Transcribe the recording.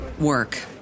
work